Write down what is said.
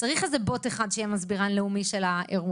צריך איזה בוט אחד שיהיה מסבירן לאומי של האירוע.